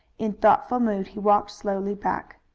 in thoughtful mood he walked slowly back.